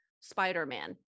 Spider-Man